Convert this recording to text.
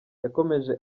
yakomeje